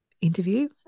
interview